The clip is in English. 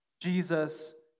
Jesus